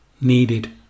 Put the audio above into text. needed